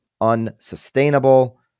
unsustainable